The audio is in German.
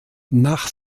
nach